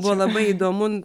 buvo labai įdomu